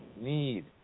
need